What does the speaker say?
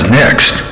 next